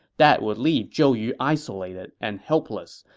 that would leave zhou yu isolated and helpless,